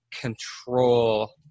control